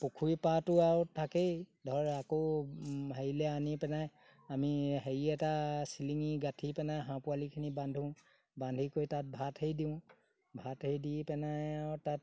পুখুৰি পাৰটো আৰু থাকেই ধৰ আকৌ হেৰিলে আনি পেনাই আমি হেৰি এটা চিলিঙি গাঁঠি পেনাই হাঁহ পোৱালিখিনি বান্ধো বান্ধি কৰি তাত ভাত সেই দিওঁ ভাত সেই দি পেনাই আৰু তাত